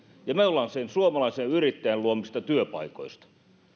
ja sen suomalaisen yrittäjän luomista työpaikoista